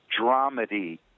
dramedy